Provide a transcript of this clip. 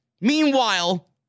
Meanwhile